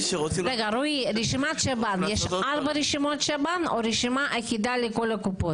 יש ארבע רשימות שב"ן או רשימה אחידה לכל הקופות?